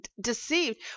deceived